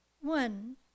One